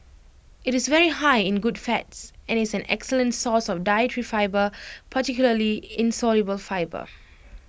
IT is very high in good fats and is an excellent source of dietary fibre particularly insoluble fibre